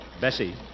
Bessie